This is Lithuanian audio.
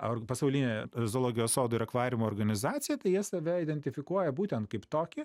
ar pasaulinė zoologijos sodų ir akvariumų organizacija tai jie save identifikuoja būtent kaip tokį